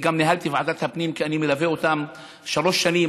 ניהלתי את ועדת הפנים כי אני מלווה אותם שלוש שנים,